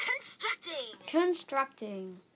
Constructing